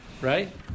right